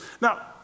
Now